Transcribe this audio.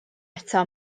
eto